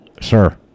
Sir